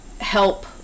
help